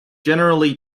generally